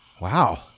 Wow